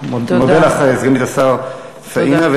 אני מודה לך, סגנית השר פניה קירשנבאום.